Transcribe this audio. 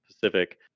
Pacific